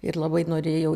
ir labai norėjau